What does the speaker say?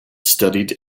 studied